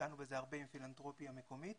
והשקענו בזה הרבה עם פילנתרופיה מקומית